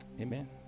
Amen